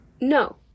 No